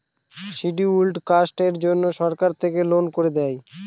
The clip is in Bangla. শিডিউল্ড কাস্টের জন্য সরকার থেকে লোন করে দেয়